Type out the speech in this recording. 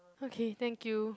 okay thank you